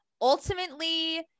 Ultimately